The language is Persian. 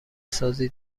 سازی